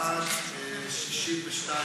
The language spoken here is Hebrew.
עד 62,